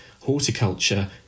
horticulture